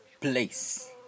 place